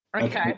Okay